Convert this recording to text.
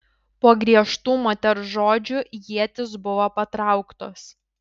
po griežtų moters žodžių ietys buvo patrauktos